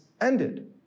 ended